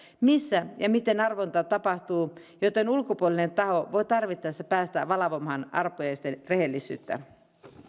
missä ja miten arvonta tapahtuu joten ulkopuolinen taho voi tarvittaessa päästä valvomaan arpajaisten rehellisyyttä